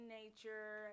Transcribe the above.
nature